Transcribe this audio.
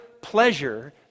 pleasure